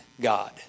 God